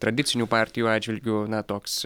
tradicinių partijų atžvilgiu na toks